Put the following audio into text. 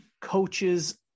coaches